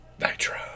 Nitro